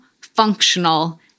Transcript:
functional